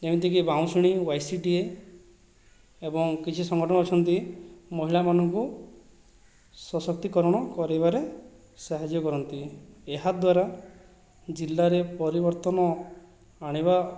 ଏମିତିକି ବାଉଁଶୁଣି ୱାଇସି ଟିଏ ଏବଂ କିଛି ସଂଗଠନ ଅଛନ୍ତି ମହିଳା ମାନଙ୍କୁ ସଶକ୍ତିକରଣ କରାଇବାରେ ସାହାଯ୍ୟ କରନ୍ତି ଏହା ଦ୍ଵାରା ଜିଲ୍ଲାରେ ପରିବର୍ତ୍ତନ ଆଣିବା